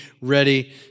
ready